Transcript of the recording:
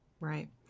Right